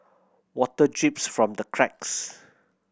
water drips from the cracks